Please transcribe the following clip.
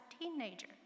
teenager